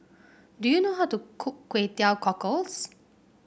do you know how to cook Kway Teow Cockles